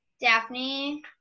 Daphne